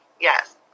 yes